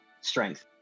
strength